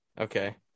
Okay